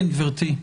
כן, גברתי.